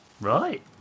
right